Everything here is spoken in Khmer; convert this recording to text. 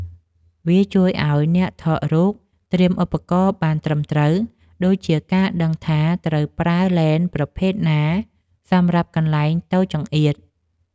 វាជួយឱ្យអ្នកថតរូបត្រៀមឧបករណ៍បានត្រឹមត្រូវ ដូចជាការដឹងថាត្រូវប្រើឡេនប្រភេទណាសម្រាប់កន្លែងតូចចង្អៀត។